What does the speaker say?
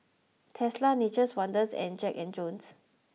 Tesla Nature's Wonders and Jack and Jones